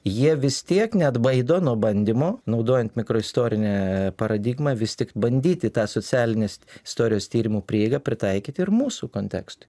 jie vis tiek neatbaido nuo bandymo naudojant mikroistorinę paradigmą vis tik bandyti tą socialinės istorijos tyrimų prieigą pritaikyti ir mūsų kontekstui